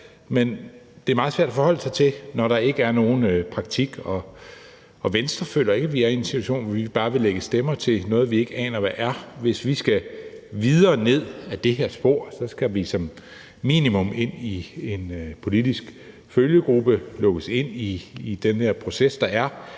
men det er meget svært at forholde sig til, når der ikke er nogen praktik, og Venstre føler ikke, at vi er i en situation, hvor vi bare vil lægge stemmer til noget, vi ikke aner hvad er. Hvis vi skal gå videre ned ad det her spor, skal vi som minimum ind i en politisk følgegruppe og lukkes ind i den her proces, der er.